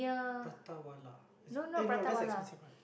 prata-wala eh no that's the expensive one